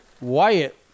Wyatt